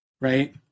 Right